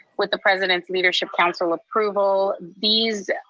with the president's leadership council approval. these